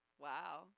Wow